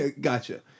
Gotcha